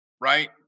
right